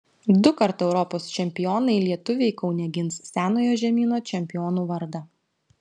dukart europos čempionai lietuviai kaune gins senojo žemyno čempionų vardą